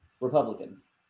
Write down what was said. Republicans